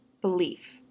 belief